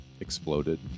exploded